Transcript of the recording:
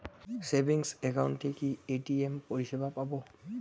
Savings একাউন্টে কি ATM পরিসেবা পাব?